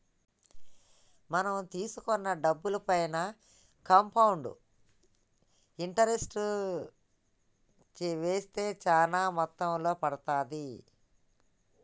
మనం తీసుకున్న డబ్బుపైన కాంపౌండ్ ఇంటరెస్ట్ వేస్తే చానా మొత్తంలో పడతాది